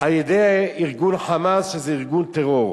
על-ידי ארגון "חמאס" שזה ארגון טרור.